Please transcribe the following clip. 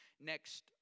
next